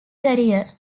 career